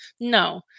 No